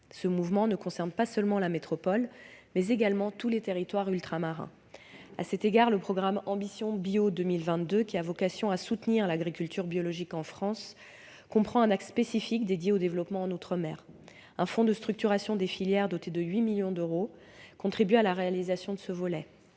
Ce mouvement concerne non pas seulement la métropole, mais également tous les territoires ultramarins. À cet égard, le programme Ambition bio 2022, qui a vocation à soutenir l'agriculture biologique en France, comprend un axe spécifique dédié au développement en outre-mer. Un fonds de structuration des filières, doté de 8 millions d'euros, contribue à la réalisation de ce volet.